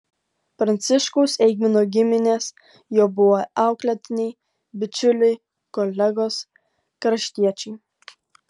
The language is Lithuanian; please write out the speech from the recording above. pranciškaus eigmino giminės jo buvę auklėtiniai bičiuliai kolegos kraštiečiai